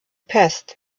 pest